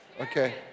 Okay